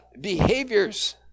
behaviors